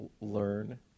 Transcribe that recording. learn